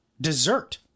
dessert